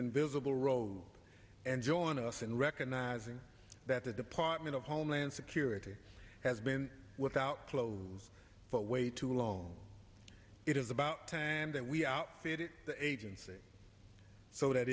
invisible road and join us in recognizing that the department of homeland security has been without clothes for way too long it is about time that we outfitted the agency so that